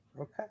okay